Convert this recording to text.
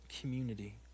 community